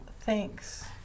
Thanks